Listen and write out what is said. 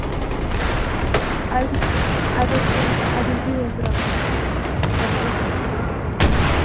اَدٕ اَدٕ حظ کیٚنٛہہ چھُنہٕ اَدٕ حظ بِہِو حظ رۄبَس حَوالہٕ اَدٕ حظ اَسلام علیکُم